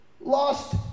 lost